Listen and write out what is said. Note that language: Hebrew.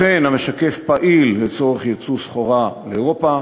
לכן המשקף פעיל לצורך ייצוא סחורה לאירופה,